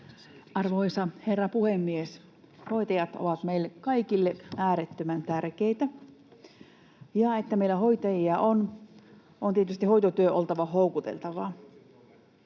Arvoisa herra puhemies! Hoitajat ovat meille kaikille äärettömän tärkeitä, ja jotta meillä hoitajia on, on tietysti hoitotyön oltava houkuttelevaa.